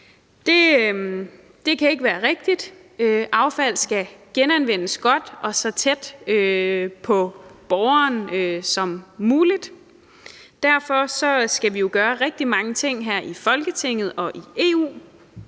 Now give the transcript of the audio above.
Det kan ikke være rigtigt. Affald skal genanvendes godt og så tæt på borgeren som muligt. Derfor skal vi jo gøre rigtig mange ting her i Folketinget og i EU.